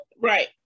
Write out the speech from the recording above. Right